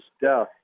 death